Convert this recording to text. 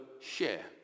share